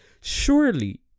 Surely